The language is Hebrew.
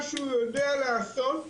מה שהוא יודע לעשות,